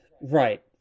Right